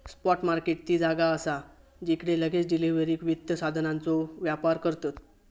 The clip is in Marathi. स्पॉट मार्केट ती जागा असा जिकडे लगेच डिलीवरीक वित्त साधनांचो व्यापार करतत